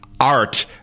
art